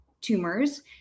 tumors